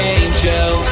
angel